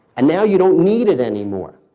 and now you don't need it anymore,